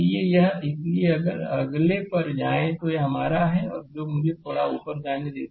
slide समय देखें 1238 इसलिए अगर अगले एक पर जाएं तो यह यहां हमारा है जो मुझे थोड़ा ऊपर जाने देता है